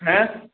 ऐं